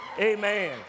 Amen